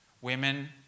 women